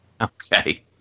Okay